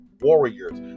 warriors